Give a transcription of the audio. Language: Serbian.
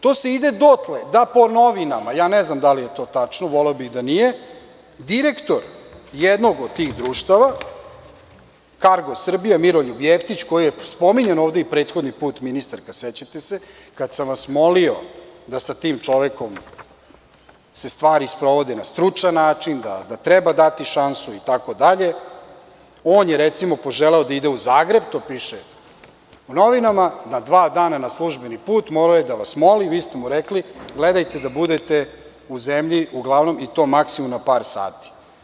To se ide dotle da po novinama, ja ne znam da li je to tačno, voleo bih da nije, direktor jednog od tih društava, „Kargo Srbija“, Miroljub Jeftić, koji je spominjan, ovde i prethodni put, ministarka, sećate se, kada sam vas molio da sa tim čovekom se stvari sprovode na stručan način, da treba dati šansu itd, on je recimo poželeo da ide u Zagreb, i to piše u novinama na dva dana, na službeni put, i morao je da vas moli,a Vi ste mu rekli – gledajte da budete u zemlji, uglavnom i to maksimum na par sati.